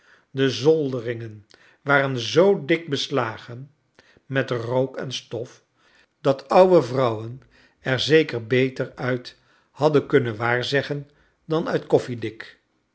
de zolderingen waren zoo dik beslagen met rook en stof dat oude vrouwen er zeker beter uit hadden kunnen waarzeggen dan uit koffiedik